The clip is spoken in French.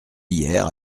hier